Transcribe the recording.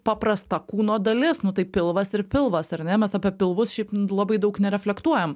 paprasta kūno dalis nu tai pilvas ir pilvas ar ne mes apie pilvus šiaip labai daug nereflektuojam